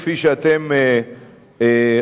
כפי שאתם רואים,